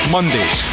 Mondays